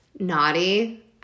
Naughty